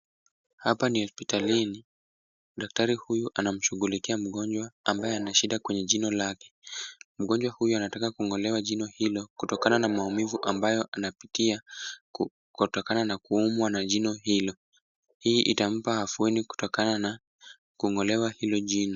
Hapa ni hospitalini. Daktari huyu anamshughulikia mgonjwa ambaye ana shida kwenye jino lake. Mgonjwa huyu anataka kung'olewa jino hilo kutokana na maumivu ambayo anapitia kutokana na kuumwa na jino hilo. Hii itampa afueni kutokana na kung'olewa hilo jino.